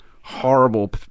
horrible